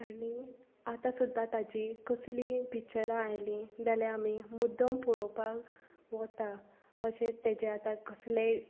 आनी आतां सुद्दां ताजीं कसलीं पिच्चरां आयलीं जाल्यार आमी मुद्दम पळोवपाक वतात अशें ताजें आतां कसलेंय